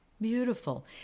Beautiful